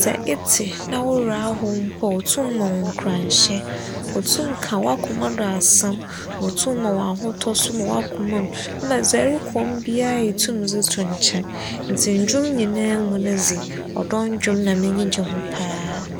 sɛ etse na wo werɛ ahow mpo a otum ma wo nkuranhyɛ, otum ka w'akoma do asɛm na otum ma wo ahotͻ so wͻ w'akoma mu nna dza erokͻ mu biara itum dze to nkyɛn ntsi ndwom nyinaa mu no dze, ͻdͻ ndwom na m'enyi gye ho paa.